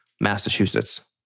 Massachusetts